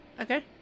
Okay